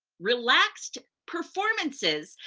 relaxed performances.